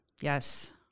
yes